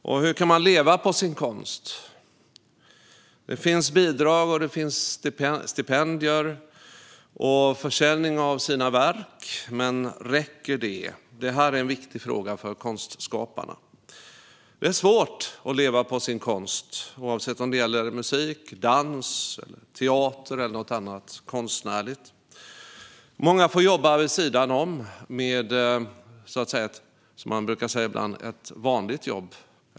Och hur kan man leva på sin konst? Det finns bidrag och stipendier, och man kan sälja sina verk - men räcker det? Det här är en viktig fråga för konstskaparna. Det är svårt att leva på sin konst oavsett om det gäller musik, dans, teater eller annat konstnärligt. Många får jobba vid sidan om med ett, som man brukar säga ibland, vanligt jobb.